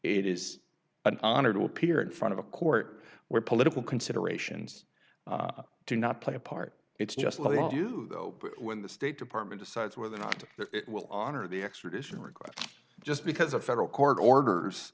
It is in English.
it is an honor to appear in front of a court where political considerations do not play a part it's just let you go when the state department decides whether or not it will honor the extradition requests just because a federal court orders